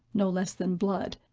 no less than blood,